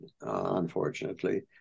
unfortunately